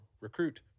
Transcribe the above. recruit